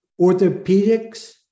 orthopedics